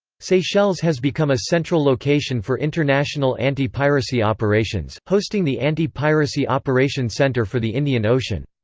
seychelles has become a central location for international anti-piracy operations, hosting the anti-piracy operation center for the indian ocean.